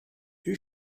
you